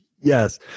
Yes